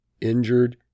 injured